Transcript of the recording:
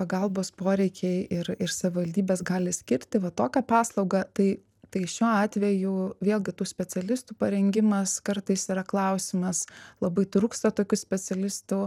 pagalbos poreikiai ir ir savivaldybės gali skirti va tokią paslaugą tai tai šiuo atveju vėlgi tų specialistų parengimas kartais yra klausimas labai trūksta tokių specialistų